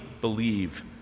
believe